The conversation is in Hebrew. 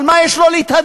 על מה יש לו להתהדר?